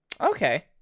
Okay